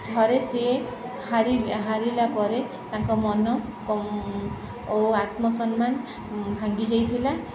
ଥରେ ସିଏ ହାରି ହାରିଲା ପରେ ତାଙ୍କ ମନ ଓ ଆତ୍ମସମ୍ମାନ ଭାଙ୍ଗି ଯାଇଥିଲା